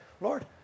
Lord